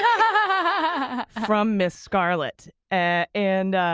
and from miss scarlet. and, and